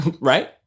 Right